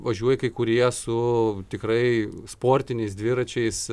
važiuoja kai kurie su tikrai sportiniais dviračiais